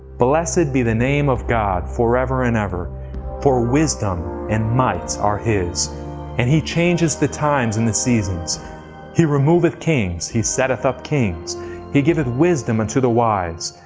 blessed be the name of god for ever and ever for wisdom and might are his and he changeth the times and the seasons he removeth kings, and setteth up kings he giveth wisdom unto the wise,